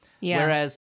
Whereas